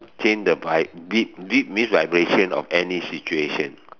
change the vibe beat beat means vibration of any situation